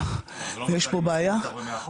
ו- זה לא אומר שאני מסכים איתך במאה אחוז.